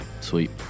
Sweet